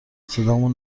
صدامون